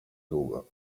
długo